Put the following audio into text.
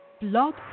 Blog